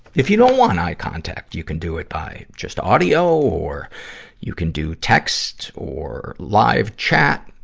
if you don't want eye contact, you can do it by, just audio or you can do texts or live chat,